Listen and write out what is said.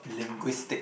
linguistic